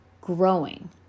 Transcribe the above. growing